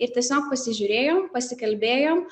ir tiesiog pasižiūrėjom pasikalbėjom